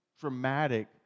dramatic